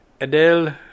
Adele